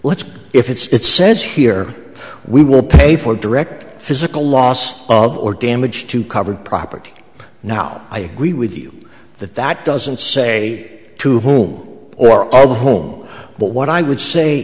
let's go if it's says here we will pay for direct physical loss of or damage to covered property now i agree with you that that doesn't say to whom or all the home but what i would say